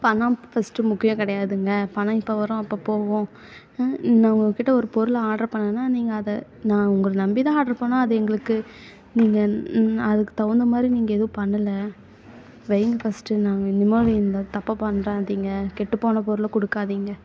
பணம் ஃபஸ்ட்டு முக்கியம் கிடையாதுங்க பணம் இப்போ வரும் அப்போ போகும் நான் உங்கக்கிட்டே ஒரு பொருளை ஆட்ரு பண்ணேன்னா நீங்கள் அதை நான் உங்களை நம்பிதான் ஆட்ரு பண்ணேன் அதை எங்களுக்கு நீங்க அதுக்கு தகுந்த மாதிரி நீங்கள் எதுவும் பண்ணலை வையுங்க ஃபஸ்ட்டு நான் இந்தமாதிரி இந்த தப்பு பண்ணாதீங்க கெட்டுப்போன பொருளை கொடுக்காதீங்க